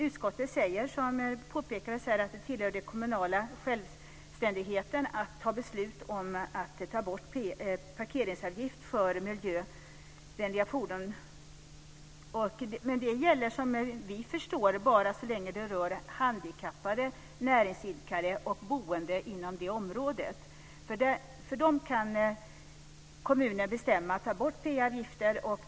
Utskottet säger - som påpekades här - att det hör till den kommunala självständigheten att fatta beslut om att inte ta ut parkeringsavgift för miljövänliga fordon. Men som vi förstår gäller detta endast så länge det rör sig om handikappade, näringsidkare och boende inom området. För dem kan kommunen bestämma att inte ta ut parkeringsavgifter.